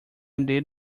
did